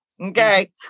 Okay